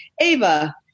Ava